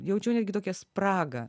jaučiu netgi tokią spragą